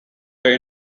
their